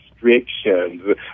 restrictions